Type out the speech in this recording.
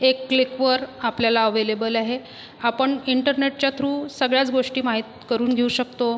एक क्लिकवर आपल्याला अवेलेबल आहे आपण इंटरनेटच्या थ्रू सगळ्याच गोष्टी माहीत करून घेऊ शकतो